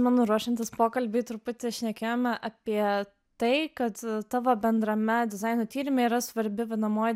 man ruošiantis pokalbiui truputį šnekėjome apie tai kad tavo bendrame dizaino tyrime yra svarbi vadinamoji